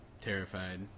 terrified